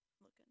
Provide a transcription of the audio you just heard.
looking